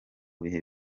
bihe